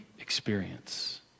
experience